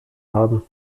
haben